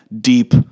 deep